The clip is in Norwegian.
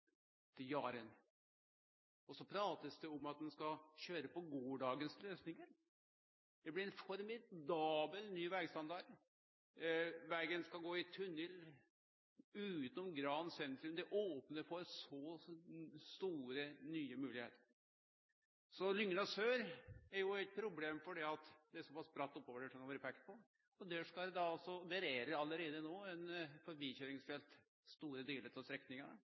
til Jaren. Så blir det prata om at ein skal køyre på gårsdagens løysingar. Det blir ein formidabel ny vegstandard, vegen skal gå i tunnel utanom Gran sentrum, og det opnar for store nye moglegheiter. Lygna sør er òg eit problem, for det er såpass bratt oppover der, som det har vore peikt på. Der er det allereie no eit forbikøyringsfelt på store deler av strekninga.